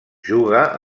juga